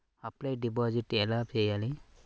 Offline deposit ఎలా చేయాలి?